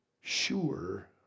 Sure